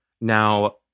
now